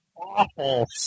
Awful